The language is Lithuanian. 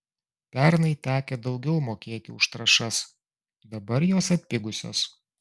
pernai tekę daugiau mokėti už trąšas dabar jos atpigusios